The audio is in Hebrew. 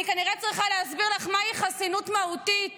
אני כנראה צריכה להסביר לך מהי חסינות מהותית